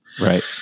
Right